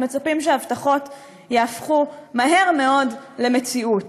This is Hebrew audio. אנחנו מצפים שההבטחות יהפכו מהר מאוד למציאות.